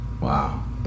wow